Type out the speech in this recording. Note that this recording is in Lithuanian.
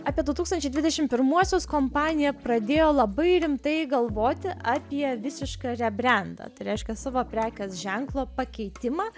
apie du tūkstančiai dvidešimt pirmuosius kompanija pradėjo labai rimtai galvoti apie visišką rebrendą tai reiškia savo prekės ženklo pakeitimą